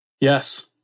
Yes